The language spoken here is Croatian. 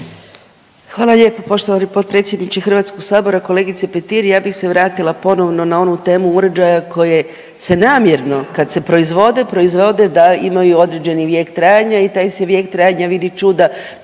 Hvala lijepo poštovani potpredsjedniče Hrvatskoga sabora. Kolegice Petir ja bih se vratila ponovno na onu temu uređaja koje se namjerno kada se proizvode, proizvode da imaju određeni vijek trajanja i taj se vijek trajanja vidi čuda